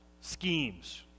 schemes